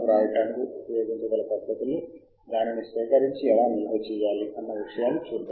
ఈ పోర్టల్ మిమ్మల్ని లాగిన్ అవ్వమని అడుగుతుంది ఈ పోర్టల్లో ఏదైనా శోధించడానికి ఎంపిక చేసుకునే అవకాశము మీకు ఉండదు